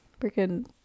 freaking